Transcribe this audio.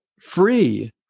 free